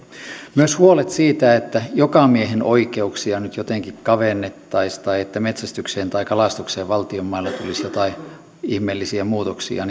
myös huolet siitä että jokamiehenoikeuksia nyt jotenkin kavennettaisiin tai että metsästykseen tai kalastukseen valtion mailla tulisi joitain ihmeellisiä muutoksia